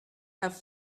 have